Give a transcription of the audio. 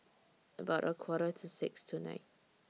about A Quarter to six tonight